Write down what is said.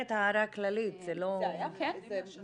אומרת הערה כללית זה לא --- היה סקר